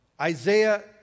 Isaiah